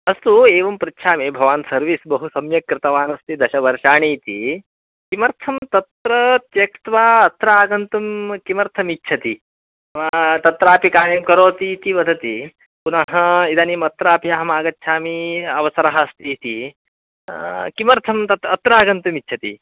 अस्तु एवं पृच्छामि भवान् सर्विस् बहु सम्यक् कृतवानस्ति दशवर्षाणि इति किमर्थं तत्र त्यक्त्वा अत्र आगन्तुं किमर्थमिच्छति नाम तत्रापि कार्यं करोति इति वदति पुनः इदानीमत्रापि अहमागच्छामि अवसरः अस्तीति किमर्थं तत् अत्र आगन्तुमिच्छति